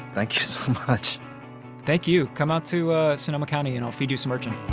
thank you so much thank you. come out to ah sonoma county and i'll feed you some urchin